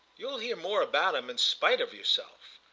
you'll hear more about him in spite of yourself.